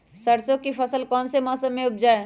सरसों की फसल कौन से मौसम में उपजाए?